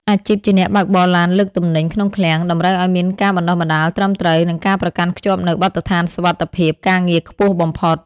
អាជីពជាអ្នកបើកបរឡានលើកទំនិញ ក្នុងឃ្លាំង តម្រូវឱ្យមានការបណ្តុះបណ្តាលត្រឹមត្រូវ និងការប្រកាន់ខ្ជាប់នូវបទដ្ឋានសុវត្ថិភាពការងារខ្ពស់បំផុត។